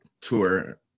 tour